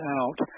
out